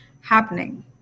happening